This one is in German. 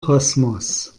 kosmos